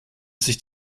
sich